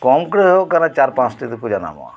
ᱠᱚᱢ ᱠᱚᱨᱮ ᱦᱩᱭᱩᱜ ᱠᱟᱱᱟ ᱪᱟᱨ ᱯᱟᱸᱪᱴᱤ ᱫᱚᱠᱚ ᱡᱟᱱᱟᱢᱚᱜᱼᱟ